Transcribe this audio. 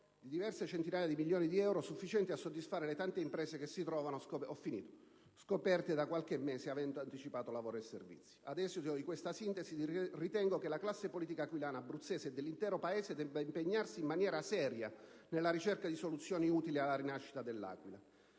di diverse centinaia di milioni di euro, sufficienti a soddisfare le tante imprese che si trovano scoperte da qualche mese, avendo anticipato lavori e servizi. In esito a questa sintesi, ritengo che la classe politica aquilana, abruzzese e dell'intero Paese, debba impegnarsi in maniera seria nella ricerca di soluzioni utili alla rinascita dell'Aquila.